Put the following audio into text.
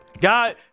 god